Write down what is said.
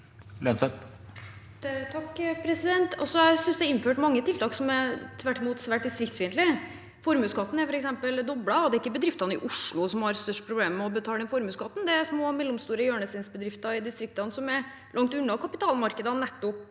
(H) Jeg synes det er innført mange tiltak som tvert om er svært distriktsfiendtlige. Formuesskatten er f.eks. doblet, og det er ikke bedriftene i Oslo som har størst problemer med å betale formuesskatten – det er små og mellomstore hjørnesteinsbedrifter i distriktene, som er langt unna kapitalmarkedene